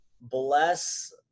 bless